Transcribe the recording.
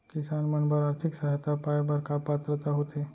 किसान मन बर आर्थिक सहायता पाय बर का पात्रता होथे?